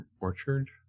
Orchard